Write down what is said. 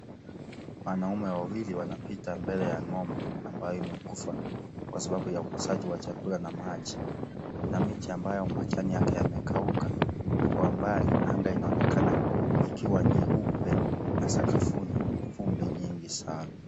Wanaume wawili wanapita mbele ya ng'ombe ambayo imekufa kwa sababu ya ukosaji wa chakula na maji. Kuna miti ambayo majani yake yamekauka na Kwa mbali anga inaonekana ikiwa nyeupe na sakafuni vumbi nyingi sana.